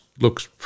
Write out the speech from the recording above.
looks